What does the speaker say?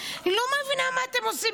אני לא מבינה מה אתם עושים.